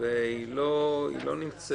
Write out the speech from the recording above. היא לא נמצאת.